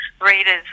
readers